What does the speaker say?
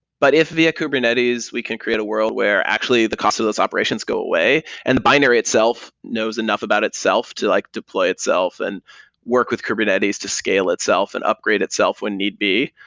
but if via kubernetes we can create a world where actually the cost of those operations go away and the binary itself knows enough about itself to like deploy itself and work with kubernetes to scale itself and upgraded itself when need be,